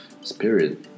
spirit